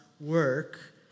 work